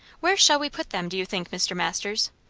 where shall we put them, do you think, mr. masters?